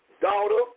daughter